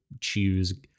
choose